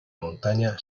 montaña